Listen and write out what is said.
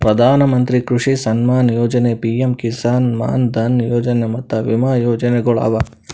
ಪ್ರಧಾನ ಮಂತ್ರಿ ಕೃಷಿ ಸಮ್ಮಾನ ಯೊಜನೆ, ಪಿಎಂ ಕಿಸಾನ್ ಮಾನ್ ಧನ್ ಯೊಜನೆ ಮತ್ತ ವಿಮಾ ಯೋಜನೆಗೊಳ್ ಅವಾ